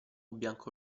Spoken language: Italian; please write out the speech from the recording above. bianco